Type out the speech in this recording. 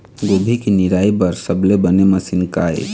गोभी के निराई बर सबले बने मशीन का ये?